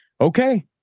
okay